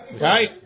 Right